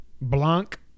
Blanc